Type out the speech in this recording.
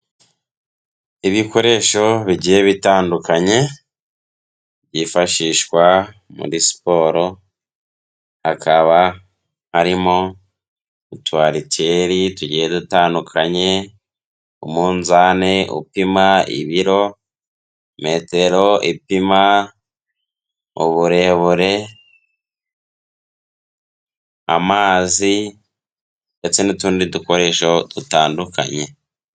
Ibikoresho bigiye bitandukanye, byifashishwa muri siporo, hakaba harimo utu ariteri tugiye dutandukanye, umunzani upima ibiro, metero ipima uburebure, amazi ndetse n'utundi dukoresho dutandukanye.